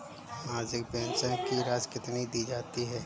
मासिक पेंशन की राशि कितनी दी जाती है?